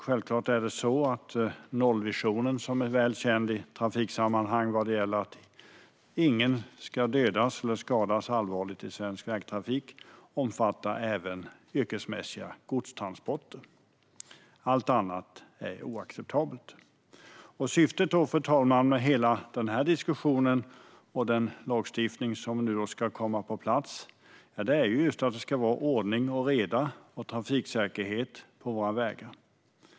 Självklart ska nollvisionen, som är väl känd i trafiksammanhang och som innebär att ingen ska dödas eller skadas allvarligt i svensk vägtrafik, omfatta även yrkesmässiga godstransporter. Allt annat är oacceptabelt. Fru talman! Syftet med hela den här diskussionen och den lagstiftning som nu ska komma på plats är just att det ska vara ordning och reda och trafiksäkerhet på våra vägar.